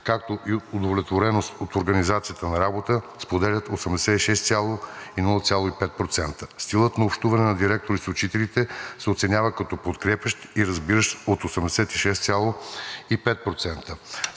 както и удовлетвореност от организацията на работата, споделят 86,05%. Стилът на общуване на директора с учителите се оценява като подкрепящ и разбиращ от 86,5%.